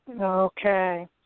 Okay